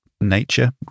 nature